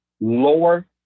lower